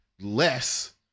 less